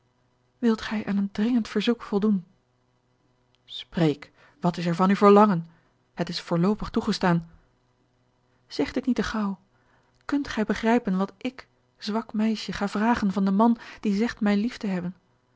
wilt gij aan een dringend verzoek voldoen spreek wat is er van uw verlangen het is voorloopig toegestaan george een ongeluksvogel zeg dit niet te gaauw kunt gij begrijpen wat ik zwak meisje ga vragen van den man die zegt mij lief te hebben